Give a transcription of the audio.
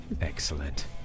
Excellent